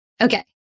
Okay